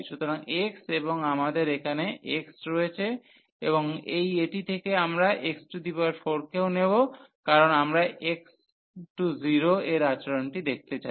সুতরাং x এবং আমাদের এখানে x রয়েছে এবং এই এটি থেকে আমরা x4 কেও নেব কারণ আমরা x→0 এর আচরণটি দেখতে চাই